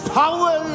power